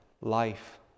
life